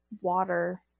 water